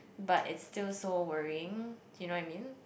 but it's still so worrying you know I mean